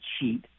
sheet